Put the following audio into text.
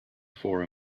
for